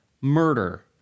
Murder